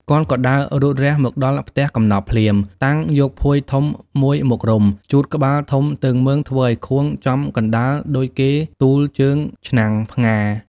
គាត់ក៏ដើររូតរះមកដល់ផ្ទះកំណប់ភ្លាម តាំងយកភួយធំមួយមករុំ ជួតក្បាលធំទើងមើងធ្វើឱ្យខូងចំកណ្តាលដូចគេទួលជើងឆ្នាំងផ្ងារ។